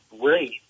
great